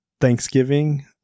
Thanksgiving